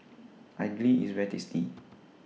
Idly IS very tasty